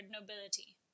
nobility